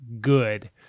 good